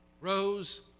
rose